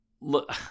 look